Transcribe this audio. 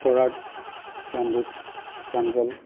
Parag Gyandeep Pranjal